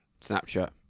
Snapchat